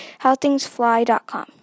howthingsfly.com